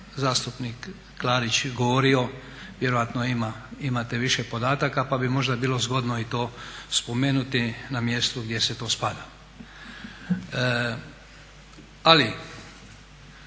zastupnik Klarić govorio. Vjerojatno vi imate više podataka pa bi možda bilo zgodno i to spomenuti na mjestu gdje to spada. Ali,